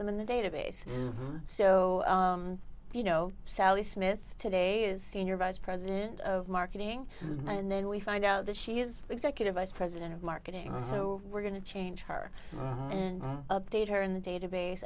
them in the database so you know sally smith today is senior vice president of marketing and then we find out that she is executive vice president of marketing so we're going to change her and update her in the database